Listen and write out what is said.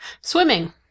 Swimming